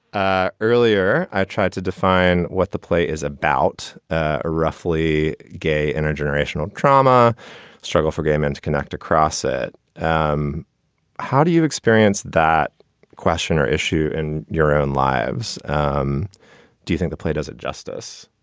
ah earlier, i tried to define what the play is about ah roughly gay intergenerational trauma struggle for gay men to connect across it um how do you experience that question or issue in your own lives? um do you think the play does it justice?